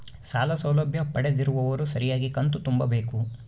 ಸಾಲ ಸೌಲಭ್ಯ ಪಡೆದಿರುವವರು ಸರಿಯಾಗಿ ಕಂತು ತುಂಬಬೇಕು?